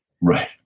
right